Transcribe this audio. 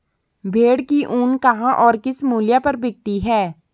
भेड़ की ऊन कहाँ और किस मूल्य पर बिकती है?